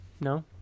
No